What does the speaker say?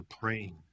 praying